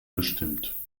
bestimmt